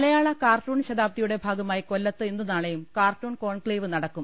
മലയാള cartoon ശതാബ്ദിയുടെ ഭാഗമായി കൊല്ലത്ത് ഇന്നും നാളെ യും കാർട്ടൂൺ കോൺക്ലേവ് നടക്കും